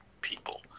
people